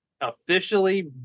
officially